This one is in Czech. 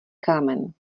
kámen